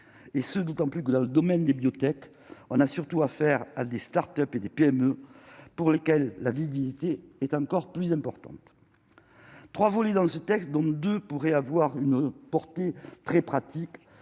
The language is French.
et ce d'autant plus que dans le domaine des biotechs, on a surtout à faire à des Start-Up et des PME, pour lesquels la visibilité est encore plus importante, 3 volets dans ce texte, donc 2 pourrait avoir une portée très pratique,